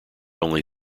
only